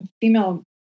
female